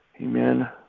Amen